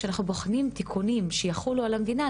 כשאנחנו בוחנים תיקונים שיחולו על המדינה,